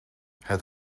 het